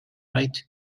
right